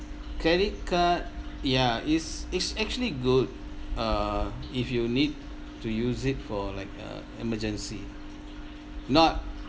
credit card yeah is is actually good err if you need to use it for like uh emergency not